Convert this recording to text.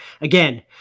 again